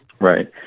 right